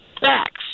facts